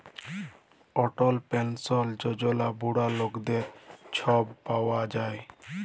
অটল পেলসল যজলা বুড়া লকদের ছব পাউয়া যায়